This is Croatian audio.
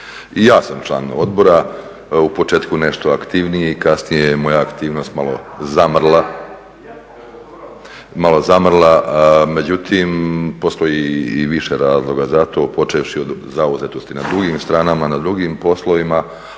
ja sam član odbora, u početku nešto aktivniji, kasnije je moja aktivnost malo zamrla, međutim postoji više razloga za to, počevši od zauzetosti na drugim stranama, na drugim poslovima,